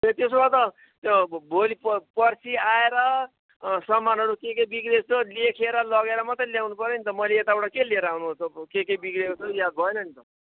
ए त्यसो भए त त्यो भो भोलि पर्सी आएर सामानहरू के के बिग्रेको छ लेखेर लगेर मात्र ल्याउनु पऱ्यो नि त मैले यताबाट के लिएर आउनु के के बिग्रेको छ याद भएन नि त